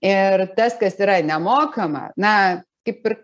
ir tas kas yra nemokama na kaip ir